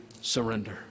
surrender